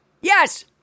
Yes